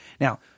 Now